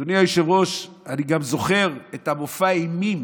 אדוני היושב-ראש, אני גם זוכר את מופע האימים,